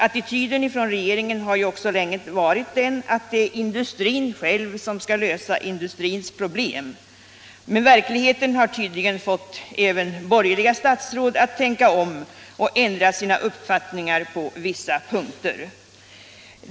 Attityden från regeringen var ju också länge att det är industrin själv som skall lösa industrins problem. Verkligheten har tydligen fått även borgerliga statsråd att tänka om och ändra sina uppfattningar på vissa punkter.